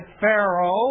Pharaoh